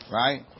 right